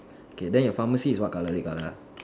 okay then your pharmacy is what colour red colour